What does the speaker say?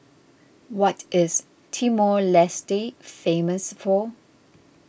what is Timor Leste famous for